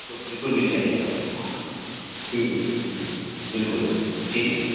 بالکل بالکل مل جائے گی آپ کو ٹھیک ہے بالکل ٹھیک ہے جی